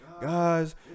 guys